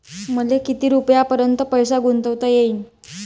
मले किती रुपयापर्यंत पैसा गुंतवता येईन?